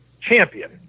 champion